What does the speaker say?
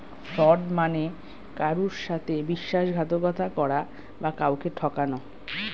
fraud মানে কারুর সাথে বিশ্বাসঘাতকতা করা বা কাউকে ঠকানো